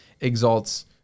exalts